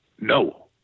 no